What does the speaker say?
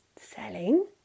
Selling